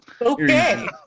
Okay